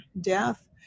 death